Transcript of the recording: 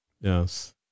Yes